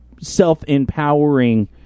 self-empowering